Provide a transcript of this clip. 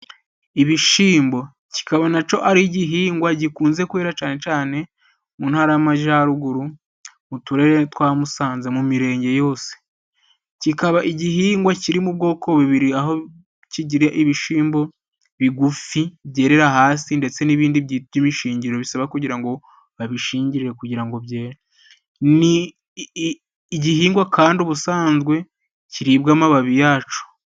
Ibishimbo kikaba naco ari igihingwa gikunze kwera cane cane mu Ntara y'Amajaruguru, mu turere twa Musanze mu mirenge yose. Kikaba igihingwa kiri mu bwoko bubiri aho kigira ibishimbo bigufi byerera hasi, ndetse n'ibindi by'imishingiro bisaba kugira ngo babishingire kugira ngo byere. Ni igihingwa kandi ubusanzwe kiribwa amababi yaco.